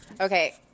Okay